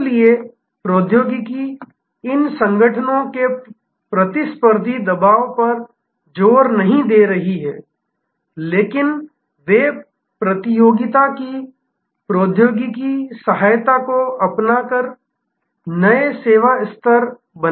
इसलिए प्रौद्योगिकी इन संगठनों के प्रतिस्पर्धी दबाव पर जोर नहीं दे रही है लेकिन वे प्रतियोगिता की प्रौद्योगिकी सहायता को अपनाकर नए सेवा स्तर बनाते हैं